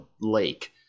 lake